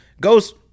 Goes